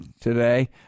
today